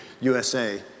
USA